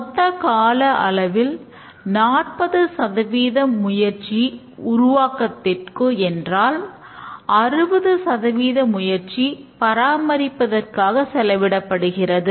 மொத்த கால அளவில் 40 முயற்சி உருவாக்கத்திற்கு என்றால் 60 முயற்சி பராமரிப்புக்காக செலவிடப்படுகிறது